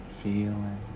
feeling